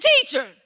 teacher